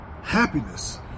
Happiness